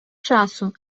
часу